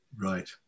Right